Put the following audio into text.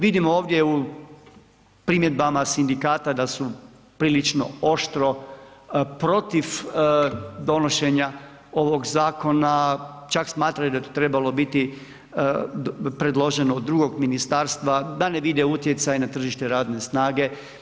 Vidimo ovdje u primjedbama sindikata da su prilično oštro protiv donošenja ovog zakona, čak smatraju da bi trebalo biti predloženo od drugog ministarstva, da ne vide utjecaj na tržište radne snage.